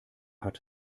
hat